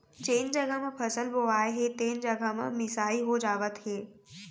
जेन जघा म फसल बोवाए हे तेने जघा म मिसाई हो जावत हे